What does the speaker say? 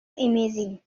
imaging